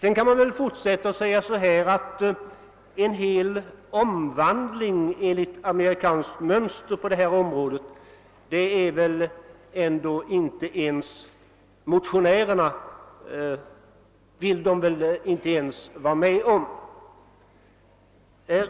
En hel omvandling enligt amerikanskt mönster på detta område vill väl inte ens motionärerna vara med om.